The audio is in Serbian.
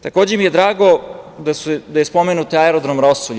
Takođe mi je drago da je spomenut aerodrom „Rosulje“